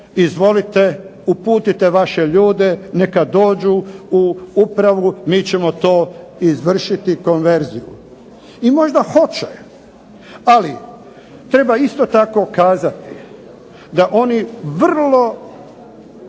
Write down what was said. izvolite, uputite vaše ljude, neka dođu u pravu, mi ćemo to izvršiti konverziju. I možda hoće, ali treba isto tako kazati da oni vrlo